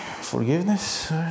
forgiveness